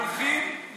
אני רוצה להמשיך.